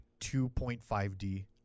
2.5D